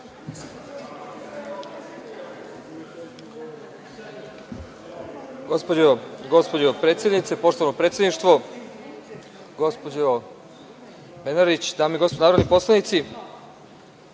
Gospođo predsednice, poštovano predsedništvo, gospođo Brnabić, dame i gospodo narodni poslanici,